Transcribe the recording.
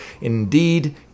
Indeed